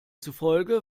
zufolge